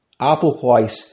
Applewhite